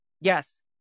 yes